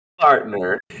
Partner